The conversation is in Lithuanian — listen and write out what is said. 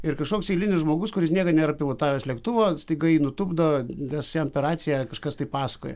ir kažkoks eilinis žmogus kuris niekad nėra pilotavęs lėktuvo staiga jį nutupdo nes jam per raciją kažkas tai pasakoja